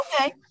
Okay